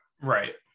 Right